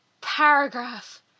paragraph